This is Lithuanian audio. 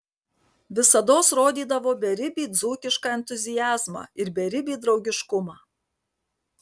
visados rodydavo beribį dzūkišką entuziazmą ir beribį draugiškumą